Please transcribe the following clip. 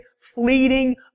fleeting